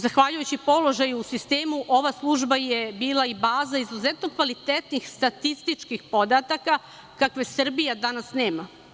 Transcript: Zahvaljujući položaju u sistemu, ova služba je bila i baza izuzetno kvalitetnih statističkih podataka koje Srbija danas nema.